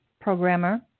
programmer